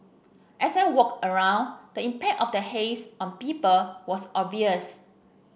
as I walked around the impact of the haze on people was obvious